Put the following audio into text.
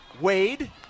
Wade